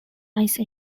ice